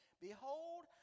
Behold